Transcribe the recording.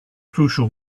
crucial